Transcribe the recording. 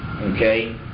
Okay